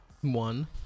One